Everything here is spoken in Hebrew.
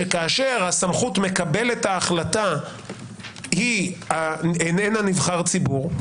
שכאשר סמכות מקבל ההחלטה היא איננה של נבחר ציבור,